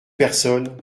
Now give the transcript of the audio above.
personnes